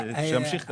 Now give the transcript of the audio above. שימשיך ככה.